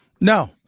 No